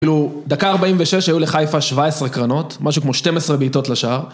כאילו דקה 46 היו לחיפה 17 קרנות, משהו כמו 12 בעיטות לשער